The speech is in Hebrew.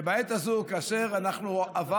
שאין ספק שבעת הזו, כאשר עברנו,